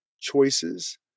choices